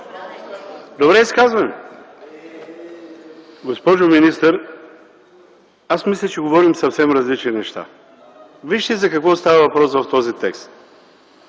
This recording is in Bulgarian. АДЕМОВ (ДПС): Госпожо министър, аз мисля, че говорим съвсем различни неща. Вижте за какво става въпрос в този текст.